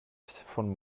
von